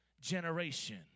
generation